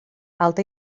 alta